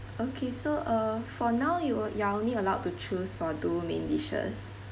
okay so uh for now you you're only allowed to choose for two main dishes